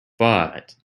but